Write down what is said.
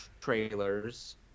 trailers